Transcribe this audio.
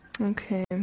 Okay